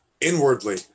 inwardly